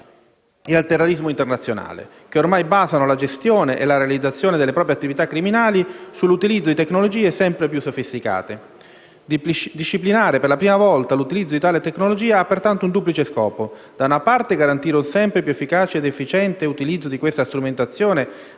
e al terrorismo internazionale, che ormai basano la gestione e la realizzazione delle proprie attività criminali sull'utilizzo di tecnologie sempre più sofisticate. Disciplinare, per la prima volta, l'utilizzo di tale tecnologia ha, pertanto, un duplice scopo: da una parte, garantire un sempre più efficace ed efficiente utilizzo di questa strumentazione